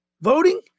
Voting